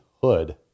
hood